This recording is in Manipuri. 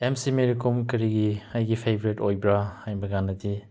ꯑꯦꯝ ꯁꯤ ꯃꯦꯔꯤꯀꯣꯝ ꯀꯔꯤꯒꯤ ꯑꯩꯒꯤ ꯐꯦꯕꯔꯥꯏꯠ ꯑꯣꯏꯕ꯭ꯔꯥ ꯍꯥꯏꯕ ꯀꯥꯟꯗꯗꯤ